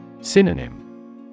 Synonym